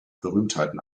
berühmtheiten